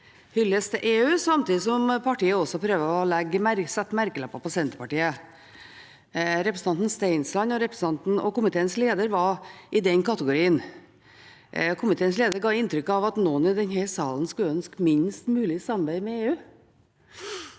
hyllest til EU, samtidig som partiet prøver å sette merkelapper på Senterpartiet. Representanten Stensland og utenriks- og forsvarskomiteens leder var i den kategorien. Komiteens leder etterlot et inntrykk av at noen i denne salen skulle ønske minst mulig samarbeid med EU.